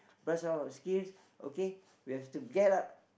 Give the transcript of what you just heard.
brush up our skills okay we have to get out